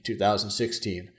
2016